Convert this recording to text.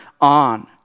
on